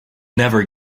never